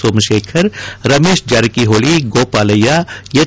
Somashekhar Ramesh Jarkiholi Gopalaiah H